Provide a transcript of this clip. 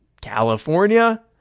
California